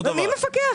כן, ומי מפקח?